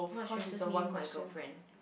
what stresses me my girlfriend